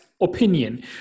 opinion